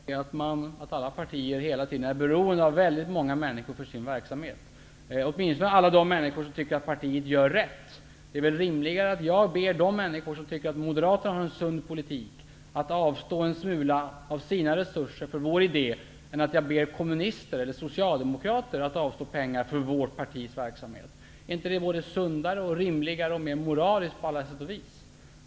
Herr talman! Det rimliga är att alla partier hela tiden är beroende av väldigt många människor för sin verksamhet, åtminstone av de människor som tycker att partiet gör rätt. Det är väl rimligare att jag ber de människor som tycker att Moderaterna har en sund politik att avstå en smula av sina resurser för våra idéer än att jag ber kommunister eller socialdemokrater att avstå pengar för vårt partis verksamhet? Är inte detta sundare, rimligare och mer moraliskt på alla sätt och vis?